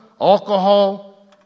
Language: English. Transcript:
alcohol